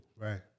Right